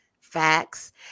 facts